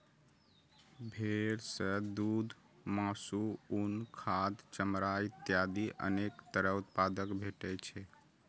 भेड़ सं दूघ, मासु, उन, खाद, चमड़ा इत्यादि अनेक तरह उत्पाद भेटै छै